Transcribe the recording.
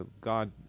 God